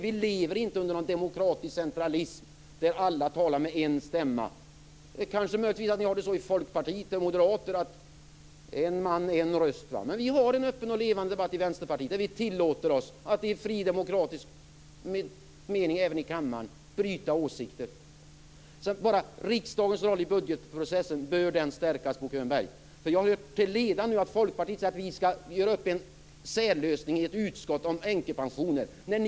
Vi lever inte under någon demokratisk centralism där alla talar med en stämma. Det är kanske möjligtvis så att ni har det så i Folkpartiet eller Moderaterna att en man - en röst. Men vi har en öppen och levande debatt i Vänsterpartiet där vi tillåter oss att i fri demokratisk mening även i kammaren bryta åsikter. Sedan vill jag ställa en fråga: Bör riksdagens roll i budgetprocessen stärkas, Bo Könberg? Jag har hört till leda att Folkpartiet säger att vi skall göra upp om en särlösning i ett utskott om änkepensioner.